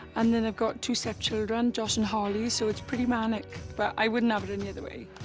and then i've got two stepchildren, josh and harley, so it's pretty manic. but i wouldn't have it any other way.